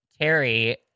terry